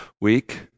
week